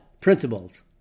principles